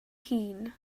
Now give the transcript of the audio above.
hun